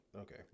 Okay